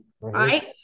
right